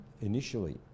initially